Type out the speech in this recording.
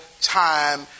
time